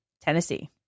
Tennessee